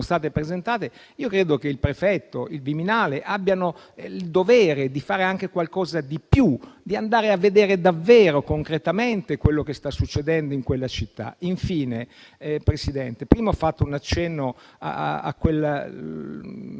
state presentate, credo che il prefetto e il Viminale abbiano il dovere di fare anche qualcosa di più, di andare a vedere davvero concretamente quello che sta succedendo in quella città. Infine, signor Presidente, prima ho fatto un accenno a quel